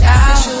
out